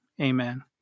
Amen